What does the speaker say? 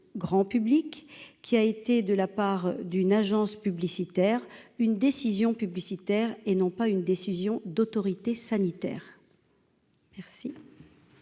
grand public qui a été, de la part d'une agence publicitaire une décision publicitaire et non pas une décision d'autorité sanitaire. Merci,